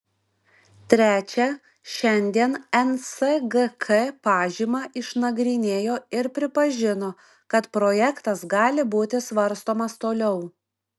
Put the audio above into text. trečia šiandien nsgk pažymą išnagrinėjo ir pripažino kad projektas gali būti svarstomas toliau